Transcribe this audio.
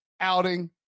outing